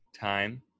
time